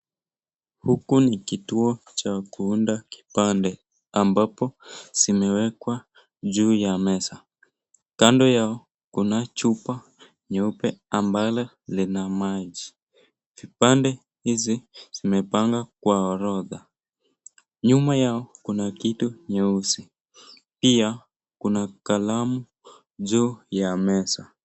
Huku ni kituo cha kuunda kipande ambapo zimewekwa juu ya meza. Kando yao kuna chupa nyeupe ambalo lina maji. Vipande hizi zimepanga kwa orodha. Nyuma yao kuna kitu nyeusi. Pia, kuna kalamu juu ya meza.